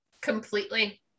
Completely